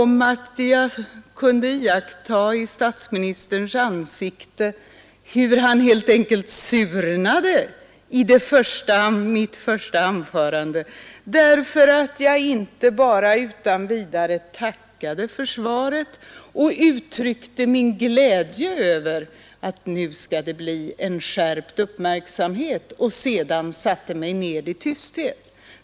Men statsministern surnade redan under mitt första anförande därför att jag inte bara utan vidare tackade för svaret, uttryckte min glädje över att det nu skall bli skärpt uppmärksamhet och sedan satte mig ned i tysthet.